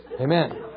Amen